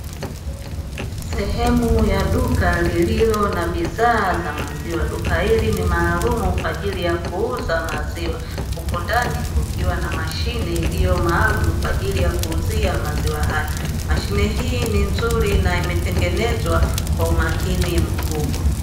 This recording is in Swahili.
Sehemu ya duka lililo na bidhaa za maziwa duka hili ni maalumu kwa ajili ya kuuza maziwa, huku ndani kukiwa na mashine iliyokuwa maalumu kwa ajili ya kuuzia maziwa haya, mashine hii ni nzuri na imetengenezwa kwa umakini mkubwa.